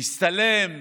להצטלם,